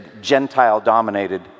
Gentile-dominated